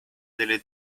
delle